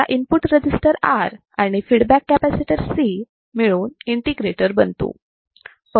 आपला input register R आणि feedback capacitor C मिळून इंटिग्रेटर बनतो